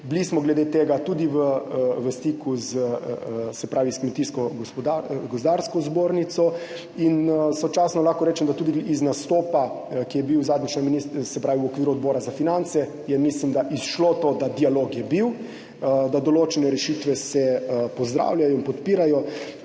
bili smo glede tega tudi v stiku s Kmetijsko gozdarsko zbornico. In sočasno lahko rečem, da tudi iz nastopa, ki je bil zadnjič v okviru Odbora za finance, je mislim, da izšlo to, da dialog je bil, da določene rešitve se pozdravljajo in podpirajo.